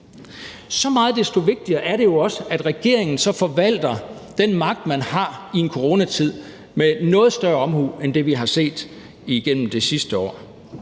Så meget desto vigtigere er det jo også, at regeringen så forvalter den magt, man har i en coronatid, med noget større omhu end det, vi har set igennem det sidste år.